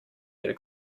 could